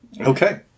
Okay